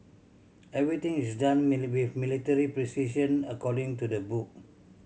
everything is done military precision according to the book